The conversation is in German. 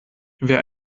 wer